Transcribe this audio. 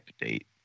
date